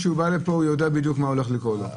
כשהוא בא לפה הוא יודע בדיוק מה הולך לקרות לו.